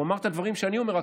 הוא אמר את הדברים שאני אומר,